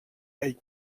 avec